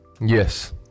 Yes